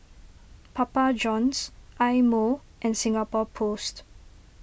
Papa Johns Eye Mo and Singapore Post